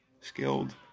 skilled